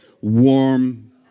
warm